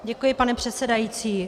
Děkuji, pane předsedající.